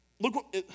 Look